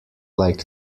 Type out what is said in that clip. like